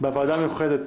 בוועדה המיוחדת